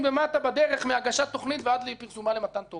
בדרך מהגשת תוכנית ועד לפרסומה למתן תוקף.